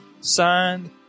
Signed